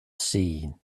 seen